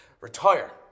retire